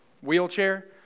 wheelchair